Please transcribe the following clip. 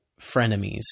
frenemies